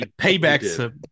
payback